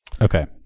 okay